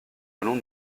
allons